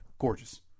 Gorgeous